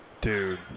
Dude